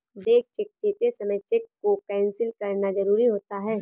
blank cheque देते समय cheque को कैंसिल करना जरुरी होता है